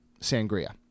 sangria